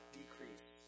decrease